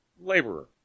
laborer